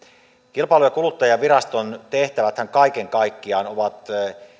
kilpailu ja kuluttajaviraston tehtäväthän kaiken kaikkiaan ovat